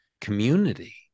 community